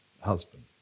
Husband